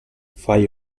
fai